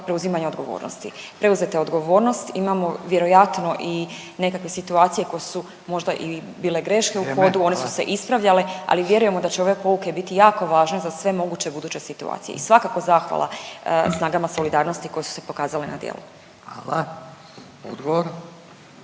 preuzimanja odgovornosti. Preuzeta je odgovornost, imamo vjerojatno i nekakve situacije koje su možda i bile greške u hodu …/Upadica Radin: Vrijeme, hvala./… one su se ispravljale, ali vjerujemo da će ove pouke biti jako važne za sve moguće buduće situacije. I svakako zahvala snagama solidarnosti koje su se pokazale na djelu. **Radin,